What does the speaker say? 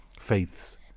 faiths